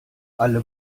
alle